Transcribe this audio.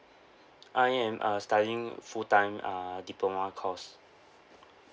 I am uh studying full time uh diploma course